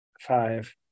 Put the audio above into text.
five